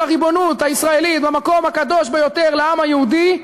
הריבונות הישראלית במקום הקדוש ביותר לעם היהודי,